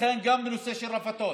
לכן גם בנושא של רפתות,